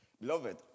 Beloved